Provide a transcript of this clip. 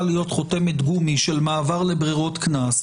להיות חותמת גומי של מעבר לברירות קנס,